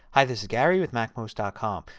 hi, this is gary with macmost ah com.